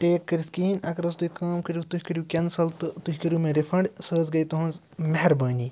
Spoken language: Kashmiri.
ٹیک کٔرِتھ کِہیٖنۍ اگر حظ تُہۍ کٲم کٔرِو تُہۍ کٔرِو کٮ۪نسَل تہٕ تُہۍ کٔرِو مےٚ رِفنٛڈ سُہ حظ گٔے تُہٕنٛز مہربٲنی